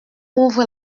ouvre